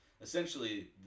Essentially